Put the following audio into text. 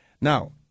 Now